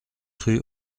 rue